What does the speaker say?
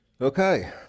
Okay